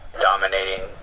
dominating